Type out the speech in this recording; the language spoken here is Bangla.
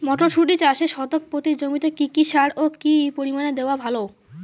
মটরশুটি চাষে শতক প্রতি জমিতে কী কী সার ও কী পরিমাণে দেওয়া ভালো?